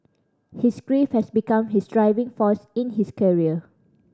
his grief has become his driving force in his career